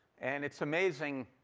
and it's amazing